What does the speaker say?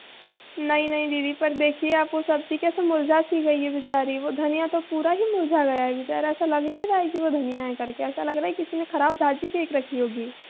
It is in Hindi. नहीं नहीं दीदी पर देखिए आप वो सब्ज़ी कैसे मुर्झा सी गई है बिचारी वो धनिया तो पूरा ही मुर्झा गया बिचारा ऐसा लग ही नहीं रहा है कि वो धनिया है कर के ऐसा लग रहा है किसी ने खराब भाजी फेंक रखी होगी